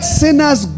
sinners